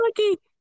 lucky